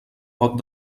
pot